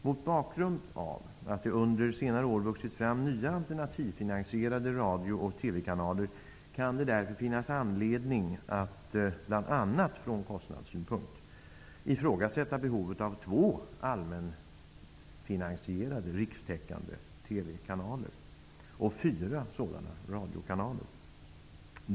Mot bakgrund av att det under senare år vuxit fram nya alternativfinansierade radio och TV-kanaler kan det finnas anledning att bl.a. från kostnadssynpunkt ifrågasätta behovet av två allmänfinansierade rikstäckande TV-kanaler och fyra sådana radiokanaler.